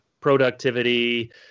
productivity